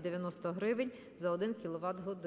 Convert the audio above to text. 0,90 грн. за 1кВТ год.